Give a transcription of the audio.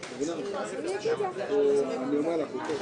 או שלא מתחמק.